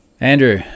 andrew